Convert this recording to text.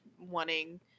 wanting